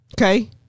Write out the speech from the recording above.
Okay